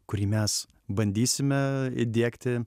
kurį mes bandysime įdiegti